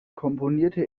komponierte